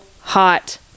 hot